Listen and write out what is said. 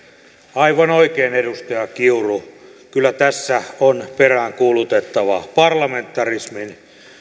aivan oikein edustaja kiuru kyllä tässä on peräänkuulutettava parlamentarismin